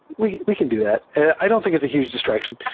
we we can do that. i don't think is a huge distraction.